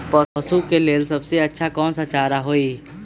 पशु के लेल सबसे अच्छा कौन सा चारा होई?